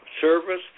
service